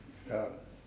ya